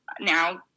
now